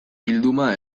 bilduma